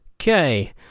Okay